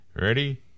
Ready